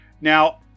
Now